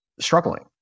struggling